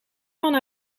van